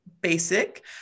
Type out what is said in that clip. basic